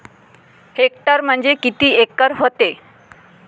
Hectare म्हणजे किती acre व्हते?